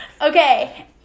Okay